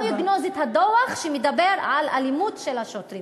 יגנוז את הדוח שמדבר על אלימות של השוטרים.